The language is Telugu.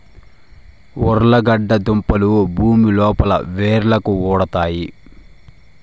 ఉర్లగడ్డ దుంపలు భూమి లోపల వ్రేళ్లకు ఉరుతాయి